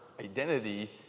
identity